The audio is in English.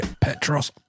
Petros